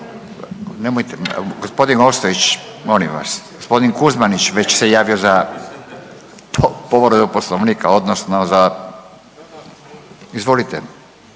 gospodin Ostojić molim vas, gospodin Kuzmanić već se javio za povredu Poslovnika odnosno za, izvolite.